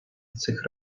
цих